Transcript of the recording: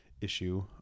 issue